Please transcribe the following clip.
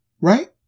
right